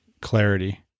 clarity